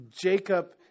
Jacob